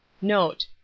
note